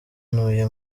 ntuye